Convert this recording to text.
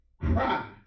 Cry